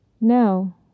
No